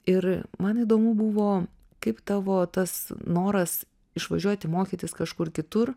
ir man įdomu buvo kaip tavo tas noras išvažiuoti mokytis kažkur kitur